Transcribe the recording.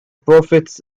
prophets